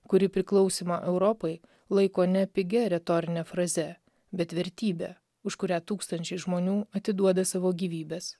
kuri priklausymą europai laiko ne pigia retorine fraze bet vertybe už kurią tūkstančiai žmonių atiduoda savo gyvybes